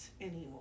anymore